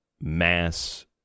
mass